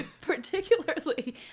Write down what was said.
Particularly